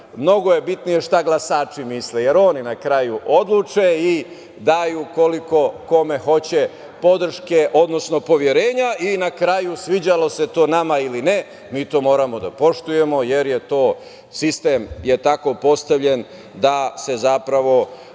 mnogo je bitnije šta glasači misle jer oni na kraju odluče i daju koliko kome hoće podrške, odnosno poverenja. Na kraju, sviđalo se to nama ili ne, mi to moramo da poštujemo jer je sistem tako postavljen da se zapravo